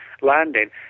landing